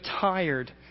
tired